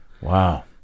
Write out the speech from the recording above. Wow